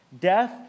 Death